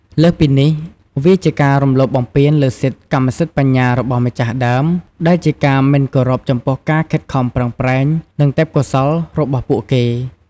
លើសពីនេះ វាជាការរំលោភបំពានលើសិទ្ធិកម្មសិទ្ធិបញ្ញារបស់ម្ចាស់ដើម ដែលជាការមិនគោរពចំពោះការខិតខំប្រឹងប្រែង និងទេពកោសល្យរបស់ពួកគេ។